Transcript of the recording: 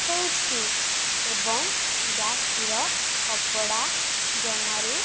ହେଉଛି ଏବଂ ବ୍ୟାଗ୍ଟିର କପଡ଼ା ଜମାରୁ